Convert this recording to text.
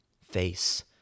Face